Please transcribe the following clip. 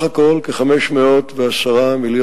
ב-2014,